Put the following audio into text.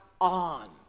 on